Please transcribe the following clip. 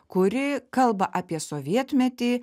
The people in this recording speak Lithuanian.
kuri kalba apie sovietmetį